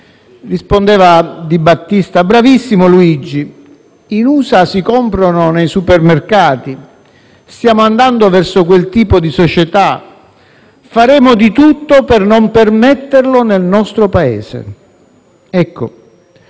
rispondeva Di Battista: «Bravissimo Luigi. In USA si comprano nei supermercati. Stiamo andando verso quel tipo di società. Ce la metteremo tutta per non permetterlo nel nostro Paese». Ecco,